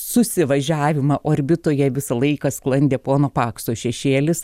susivažiavimą orbitoje visą laiką sklandė pono pakso šešėlis